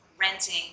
Renting